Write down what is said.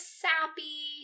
sappy